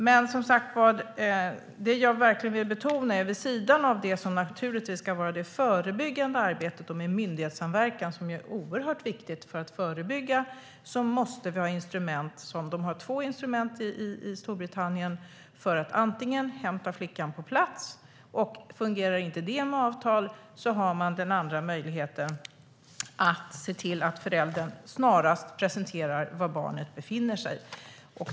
Men, som sagt, det jag verkligen vill betona är: Vid sidan av det som naturligtvis ska vara det förebyggande arbetet och myndighetssamverkan, som är oerhört viktigt för att förebygga, måste vi ha instrument. De har två instrument i Storbritannien. Det handlar om att hämta flickan på plats. Och fungerar inte det med avtal har man den andra möjligheten: att se till att föräldern snarast presenterar var barnet befinner sig.